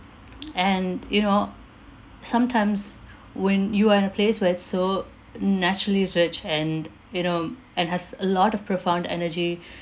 and you know sometimes when you are in a place where it's so naturally rich and you know and has a lot of profound energy